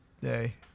hey